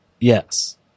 Yes